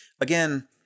again